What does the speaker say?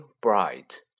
bright